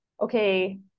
okay